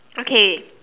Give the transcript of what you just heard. okay